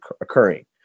occurring